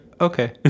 okay